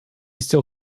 still